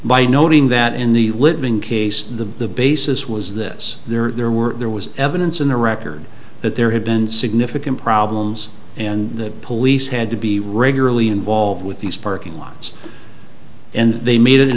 by noting that in the living case the basis was this there were there was evidence in the record that there had been significant problems and the police had to be regularly involved with these parking lots and they made